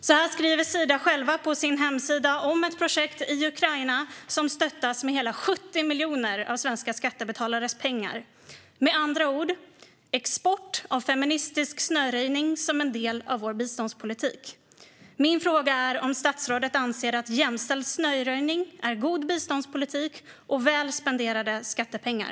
Detta skriver Sida själva på sin hemsida om ett projekt i Ukraina som stöttas med hela 70 miljoner av svenska skattebetalares pengar. Med andra ord: export av feministisk snöröjning som en del av vår biståndspolitik. Min fråga är om statsrådet anser att jämställd snöröjning är god biståndspolitik och väl spenderade skattepengar.